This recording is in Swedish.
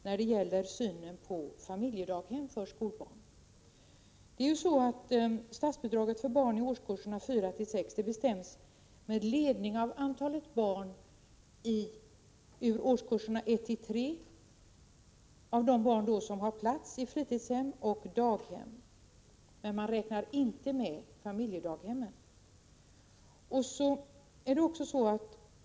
Statsbidraget till fritidsverksamheten för skolbarn i årskurserna 4-6 bestäms med ledning av det antal barn i årskurserna 1-3 som har plats på fritidshem och daghem. Men man räknar inte med dem som har plats i familjedaghem.